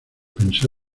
pensé